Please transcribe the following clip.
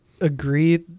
agree